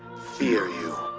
fear you.